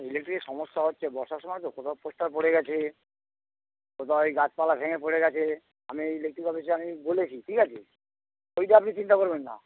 ইলেকট্রিকের সমস্যা হচ্ছে বর্ষার সময় তো কোথাও পোস্টার পড়ে গেছে কোথাও এই গাছপালা ভেঙে পড়ে গেছে আমি এই ইলেকট্রিক অফিসে আমি বলেছি ঠিক আছে ওইটা আপনি চিন্তা করবেন না